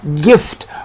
gift